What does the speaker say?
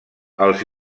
els